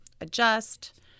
adjust